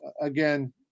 again